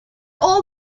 all